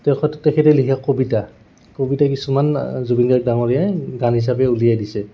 তেওঁৰ তেখেতে লিখা কবিতা কবিতা কিছুমান জুবিন গাৰ্গ ডাঙৰীয়াই গান হিচাপে উলিয়াই দিছে